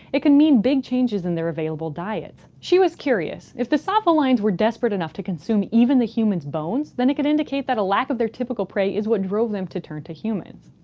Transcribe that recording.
it can mean big changes in their available diet. she was curious if the tsavo lions were desperate enough to consume even the human bones, then it could indicate that a lack of their typical prey is what drove them to turn to humans.